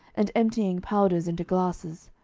and emptying powders into glasses.